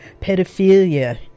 pedophilia